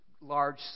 large